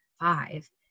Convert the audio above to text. five